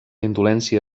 indolència